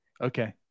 Okay